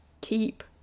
keep